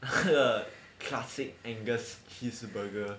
classic angus cheese burger